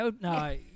No